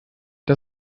das